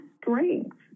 strength